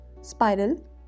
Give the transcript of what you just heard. spiral